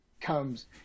comes